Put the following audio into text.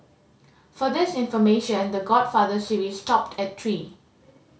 for this information The Godfather series stopped at three